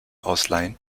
ausleihen